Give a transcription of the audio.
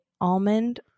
almond